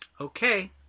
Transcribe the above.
Okay